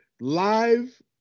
live